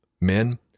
men